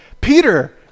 Peter